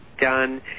done